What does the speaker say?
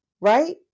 right